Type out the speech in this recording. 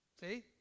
See